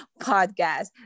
Podcast